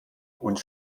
und